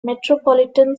metropolitan